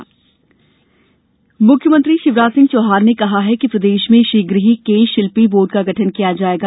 मुख्यमंत्री सेन समाज मुख्यमंत्री शिवराज सिंह चौहान ने कहा है कि प्रदेश में शीघ्र ही केश शिल्पी बोर्ड का गठन किया जाएगा